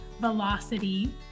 velocity